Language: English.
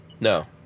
No